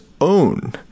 own